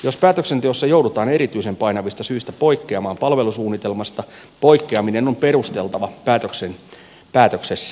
jos päätöksenteossa joudutaan erityisen painavista syistä poikkeamaan palvelusuunnitelmasta poikkeaminen on perusteltava päätöksessä